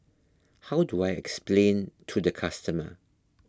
how do I explain to the customer